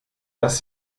dass